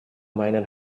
miner